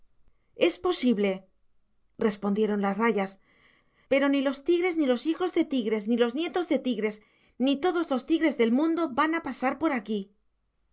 es posible respondieron las rayas pero ni los tigres ni los hijos de tigres ni los nietos de tigres ni todos los tigres del mundo van a pasar por aquí